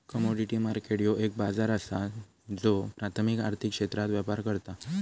commodity market ह्यो एक बाजार असा ज्यो प्राथमिक आर्थिक क्षेत्रात व्यापार करता